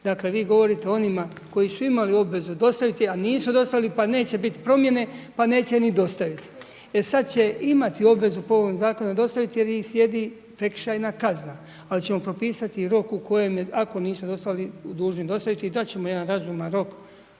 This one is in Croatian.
Dakle vi govorite o onima koji su imali obvezu dostaviti a nisu dostavili pa neće biti promjene pa neće ni dostaviti. E sad će imati obvezu po ovom zakonu dostaviti jer im slijedi prekršajna kazna ali ćemo propisati rok u kojem ako nisu dostavili, dužni dostaviti, dat ćemo jedan razum rok,